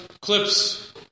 clips